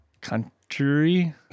Country